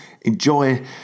enjoy